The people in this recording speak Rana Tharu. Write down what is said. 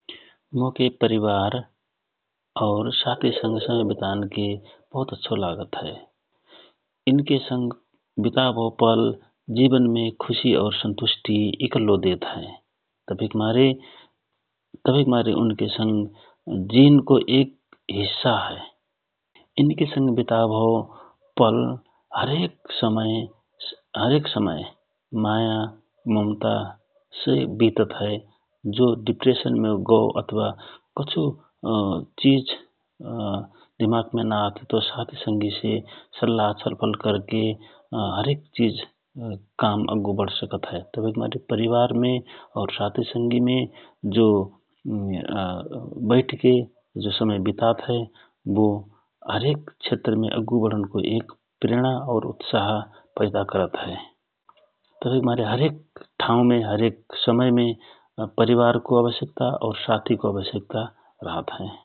मोके परिवार और साथी संगि समय वितान के बहुत अच्छो लागत हए । इनके संग विताव भौ पल जिवनमे खुशि और संतुष्टि इकल्लो देत हए । तभिक मारे तभिक मारे जिनको एक हिस्सा हए । जिनके संग विताव भौपल हरेक समय माया ममता से वितत हए । जो डिप्रेसनमे गव अथवा कछु चिज दिमाग मे नआत हए तव साथि संगि से सल्लहा छलफल करके हरेक चिज काम अग्गु बढसकत हए । तहिक मारे परिवारमे और परिवारमे साथि संगिमे जो बैठके जो समय वितात हए बो अग्गु बढनमे प्रेणा और उत्सहा पैदा करत हए । तभिक मारे हरेक ठाउमे हरेक समयमे परिवारको आवश्क्ता पड सकत हए ।